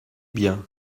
bien